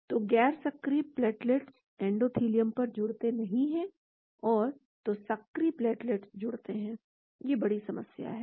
तो गैर सक्रिय प्लेटलेट्स एंडोथेलियम पर जुड़ते नहीं हैं और तो सक्रिय प्लेटलेट्स जुड़ते हैं यही बड़ी समस्या है